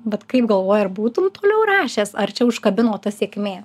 vat kaip galvoji ar būtum toliau rašęs ar čia užkabino ta sėkmė